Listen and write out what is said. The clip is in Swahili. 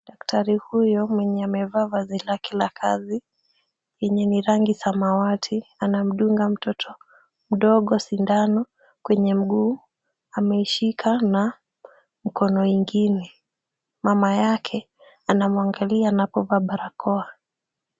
Daktari huyo mwenye amevaa vazi lake la kazi yenye ni rangi samawati anamdunga mtoto mdogo sindano kwenye mguu ameishika na mkono ingine. Mama yake anamwangalia anapovaa barakoa.